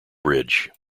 bridge